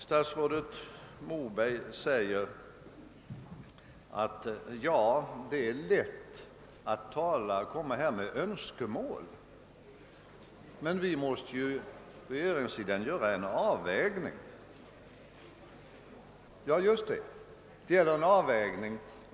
Statsrådet Moberg säger då att det är lätt att föra fram önskemål men att regeringen måste göra en avvägning. Ja, just det! Det gäller en avvägning.